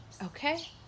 Okay